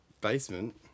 basement